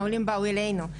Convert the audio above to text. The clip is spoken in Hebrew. העולים באו אלינו,